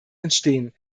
entstehen